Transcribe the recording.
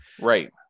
Right